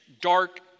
dark